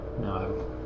No